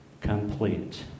complete